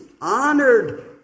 honored